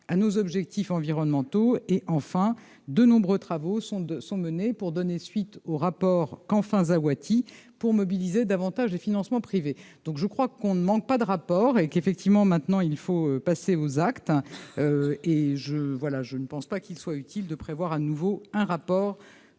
à nos objectifs environnementaux et, enfin, de nombreux travaux sont 2 sont menées pour donner suite au rapport qu'enfin Zaouati pour mobiliser davantage des financements privés, donc je crois qu'on ne manque pas de rapport et qu'effectivement maintenant il faut passer aux actes et je voilà, je ne pense pas qu'il soit utile de prévoir à nouveau un rapport